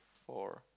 for